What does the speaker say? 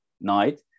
night